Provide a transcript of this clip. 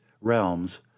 realms